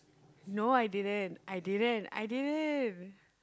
no I didn't I didn't I didn't